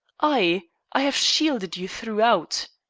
i i have shielded you throughout!